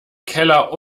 keller